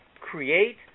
create